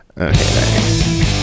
Okay